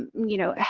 you know,